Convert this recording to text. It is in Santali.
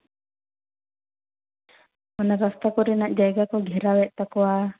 ᱚᱱᱟ ᱨᱟᱥᱛᱟ ᱠᱚᱨᱮᱱᱟᱜ ᱡᱟᱭᱜᱟ ᱠᱚ ᱜᱷᱮᱨᱟᱣᱮᱫ ᱛᱟᱠᱚᱣᱟ